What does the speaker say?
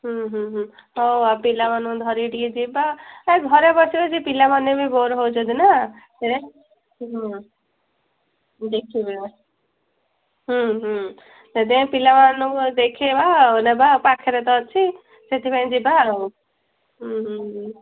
ହୁଁ ହୁଁ ହୁଁ ହଉ ଆଉ ପିଲାମାନଙ୍କୁ ଧରିକି ଟିକିଏ ଯିବା ଏ ଘରେ ବସି ବସିକି ପିଲାମାନେ ବି ବୋର୍ ହେଉଛନ୍ତି ନା ଦେଖିବା ହୁଁ ହୁଁ ସେଇଥିପାଇଁ ପିଲାମାନଙ୍କୁ ଦେଖିଇବା ନେବା ପାଖେରେ ତ ଅଛି ସେଥିପାଇଁ ଯିବା ହୁଁ ହୁଁ ହୁଁ